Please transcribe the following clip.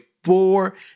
Four